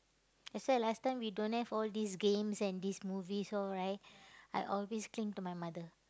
except last time we don't have all these games and these movies all right I always cling to my mother